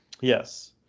yes